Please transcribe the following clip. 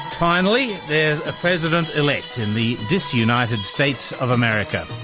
finally, there's a president-elect in the dis-united states of america.